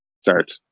start